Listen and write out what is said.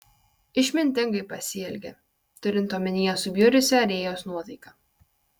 išmintingai pasielgė turint omenyje subjurusią rėjos nuotaiką